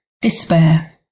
Despair